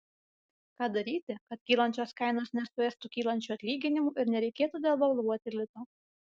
ką daryti kad kylančios kainos nesuėstų kylančių atlyginimų ir nereikėtų devalvuoti lito